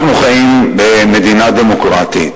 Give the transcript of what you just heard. אנחנו חיים במדינה דמוקרטית,